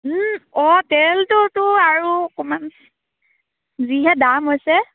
অঁ তেলটোতো আৰু অকণমান যিহে দাম হৈছে